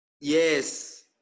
yes